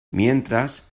mientras